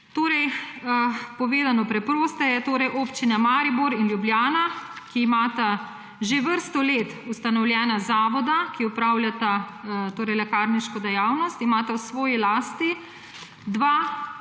Povedano preprosteje, občini Maribor in Ljubljana, ki imata že vrsto let ustanovljena zavoda, ki opravljata lekarniško dejavnost, imata v svoji lasti dva veletrgovca,